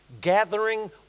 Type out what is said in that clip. gathering